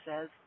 says